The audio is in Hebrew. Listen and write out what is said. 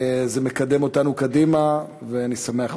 זה מקדם אותנו, ואני שמח מאוד.